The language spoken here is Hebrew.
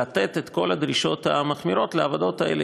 לתת את כל הדרישות המחמירות לעבודות האלה,